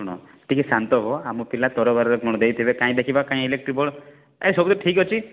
ଶୁଣ ଟିକେ ଶାନ୍ତ ହୁଅ ଆମ ପିଲା ତରବରରେ କ'ଣ ଦେଇ ଥିବେ କାଇଁ ଇଲେକଟ୍ରି ବଲ୍ବ କାଇଁ ଇଲେକଟ୍ରି ବଲ୍ବ ଆ ସବୁ ଠିକ୍ ଅଛି